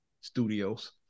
studios